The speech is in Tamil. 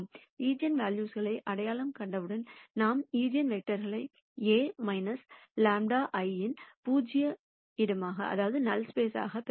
ஈஜென்வெல்யூஸ்க்களை அடையாளம் கண்டவுடன் நாம் ஈஜென்வெக்டர்களை A λ I இன் நல் ஸ்பேஸ் மாகப் பெறலாம்